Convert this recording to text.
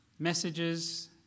Messages